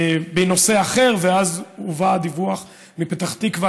בנושא אחר, ואז הובא הדיווח מפתח תקווה.